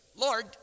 Lord